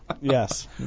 Yes